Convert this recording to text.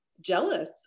jealous